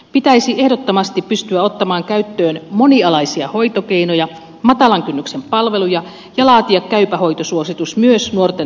pitäisi ehdottomasti pystyä ottamaan käyttöön monialaisia hoitokeinoja matalan kynnyksen palveluja ja laatia käypä hoito suositus myös nuorten mielenterveyspalveluihin